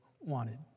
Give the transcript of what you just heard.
wanted